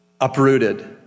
uprooted